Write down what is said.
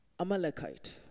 Amalekite